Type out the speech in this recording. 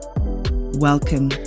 Welcome